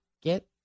get